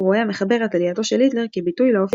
רואה המחבר את עלייתו של היטלר כביטוי לאופי